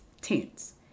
tense